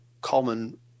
common